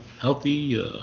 Healthy